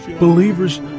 believers